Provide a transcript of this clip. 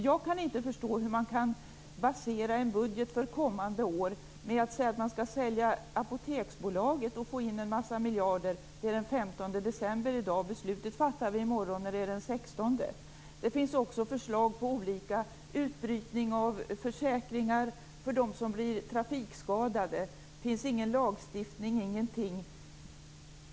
Jag kan inte förstå hur man kan basera en budget för kommande år på att säga att man skall sälja Apoteksbolaget och få in en massa miljarder. Det är den Det finns också förslag på olika utbrytning av försäkringar för dem som blir trafikskadade. Det finns ingen lagstiftning - ingenting.